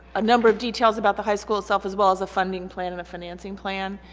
a number of details about the high school itself as well as a funding plan and a financing plan.